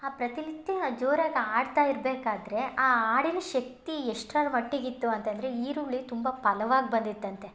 ಆ ಪ್ರತಿನಿತ್ಯ ಜೋರಾಗಿ ಹಾಡ್ತಾ ಇರಬೇಕಾದ್ರೆ ಆ ಹಾಡಿನ ಶಕ್ತಿ ಎಷ್ಟರ ಮಟ್ಟಿಗೆ ಇತ್ತು ಅಂತಂದರೆ ಈರುಳ್ಳಿ ತುಂಬ ಫಲವಾಗಿ ಬಂದಿತ್ತಂತೆ